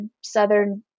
Southern